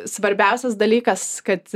svarbiausias dalykas kad